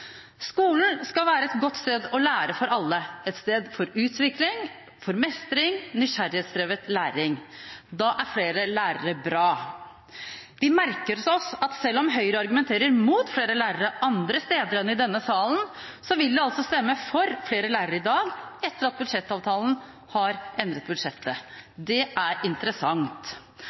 Skolen skal være et godt sted å lære for alle, et sted for utvikling, mestring og nysgjerrighetsdrevet læring. Da er flere lærere bra. Vi merker oss at selv om Høyre argumenterer mot flere lærere andre steder enn i denne salen, vil de altså stemme for flere lærere i dag etter at budsjettavtalen har endret budsjettet. Det er interessant.